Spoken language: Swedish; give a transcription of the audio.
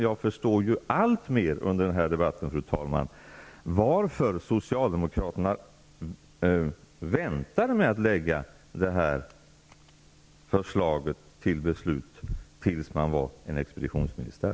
Jag förstår alltmer under debatten varför socialdemokraterna väntade med att lägga fram det här förslaget för beslut tills man var en expeditionsministär.